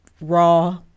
raw